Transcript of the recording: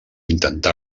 intentà